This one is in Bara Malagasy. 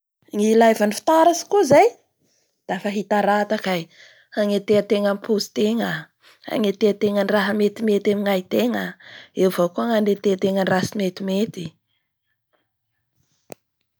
Ny ilaiva ny fitaratsy koa zay dafa hitarata kay; hanetean-tegna ny pozitegna hanetean-tegna ny raha metimety amin'ny ahin-tegna, eo avao koa ny hanete tegna ny raha tsy metimety.